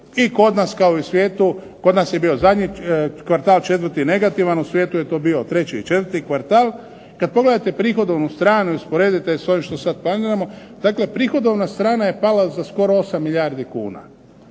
I kod nas kao i u svijetu kod nas je bio zadnji kvartal četvrti negativan. U svijetu je to bio treći i četvrti kvartal. Kad pogledate prihodovnu stranu i usporedite je s ovim što sad planiramo, dakle prihodovna strana je pala za skoro 8 milijardi kuna